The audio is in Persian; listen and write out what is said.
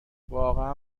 واقعا